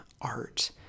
art